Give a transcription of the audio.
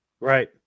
right